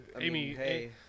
Amy